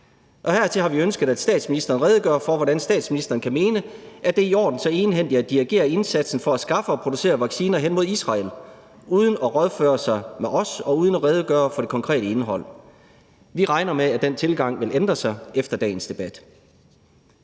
Og hertil har vi ønsket, at statsministeren redegør for, hvordan statsministeren kan mene, at det er i orden så egenhændigt at dirigere indsatsen for at skaffe og producere vacciner hen mod Israel uden at rådføre sig med os og uden at redegøre for det konkrete indhold. Vi regner med, at den tilgang vil ændre sig efter dagens debat.